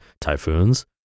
Typhoons